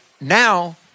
Now